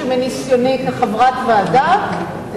שמניסיוני כחברת ועדה,